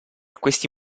questi